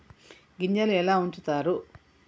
గింజలు ఎలా ఉంచుతారు?